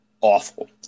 awful